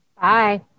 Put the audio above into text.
Bye